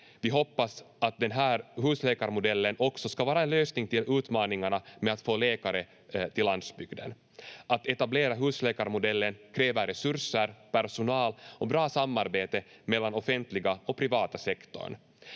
Vi hoppas att den här husläkarmodellen också ska vara en lösning till utmaningarna med att få läkare till landsbygden. Att etablera husläkarmodellen kräver resurser, personal och bra samarbete mellan den offentliga och privata sektorn.